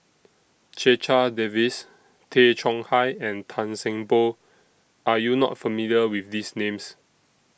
Checha Davies Tay Chong Hai and Tan Seng Poh Are YOU not familiar with These Names